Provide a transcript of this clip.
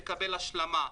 יקבל השלמה.